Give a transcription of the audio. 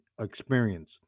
experience